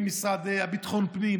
במשרד לביטחון פנים,